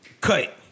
Cut